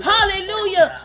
Hallelujah